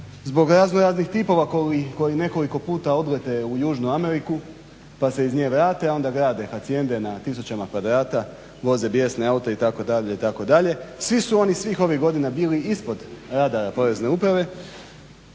zbog razno raznih tipova koji nekoliko puta odlete u južnu Ameriku, pa se iz nje vrate, a onda grade hacijende na tisućama kvadrata, voze bijesne aute itd. itd. Svi su oni svih ovih godina bili ispod rada Porezne uprave